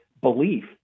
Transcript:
belief